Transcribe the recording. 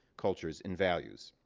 cultures, and values.